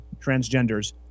transgenders